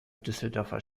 düsseldorfer